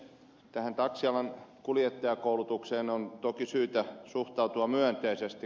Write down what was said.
tähän taksialan kuljettajakoulutukseen on toki syytä suhtautua myönteisesti